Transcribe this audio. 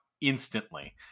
instantly